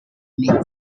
may